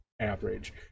average